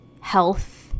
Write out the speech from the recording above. health